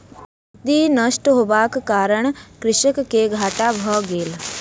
जजति नष्ट होयबाक कारणेँ कृषक के घाटा भ गेलै